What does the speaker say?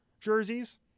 jerseys